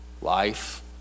life